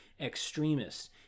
extremists